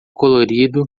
colorido